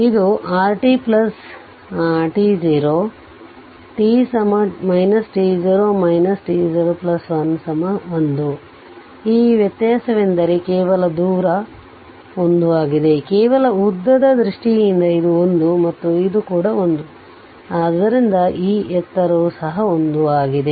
ಆದ್ದರಿಂದ ಇದು rt t0 t t0 t011 ಈ ವ್ಯತ್ಯಾಸವೆಂದರೆ ಕೇವಲ ದೂರ 1 ಆಗಿದೆ ಕೇವಲ ಉದ್ದದ ದೃಷ್ಟಿಯಿಂದ ಇದು 1 ಮತ್ತು ಇದು ಕೂಡ 1 ಆದ್ದರಿಂದ ಈ ಎತ್ತರವು ಸಹ 1 ಆಗಿದೆ